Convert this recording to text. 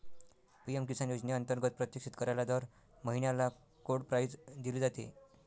PM Kisan योजनेअंतर्गत प्रत्येक शेतकऱ्याला दर महिन्याला कोड प्राईज दिली जाते